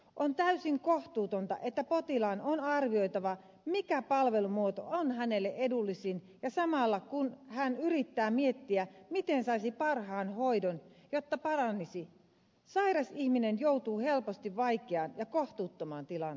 on täysin kohtuutonta että potilaan on arvioitava mikä palvelumuoto on hänelle edullisin ja samalla kun hän yrittää miettiä miten saisi parhaan hoidon jotta paranisi sairas ihminen joutuu helposti vaikeaan ja kohtuuttomaan tilanteeseen